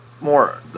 more